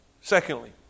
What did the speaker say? Secondly